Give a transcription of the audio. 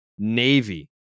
navy